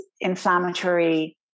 inflammatory